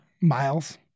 miles